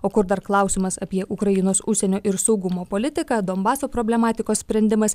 o kur dar klausimas apie ukrainos užsienio ir saugumo politiką donbaso problematikos sprendimas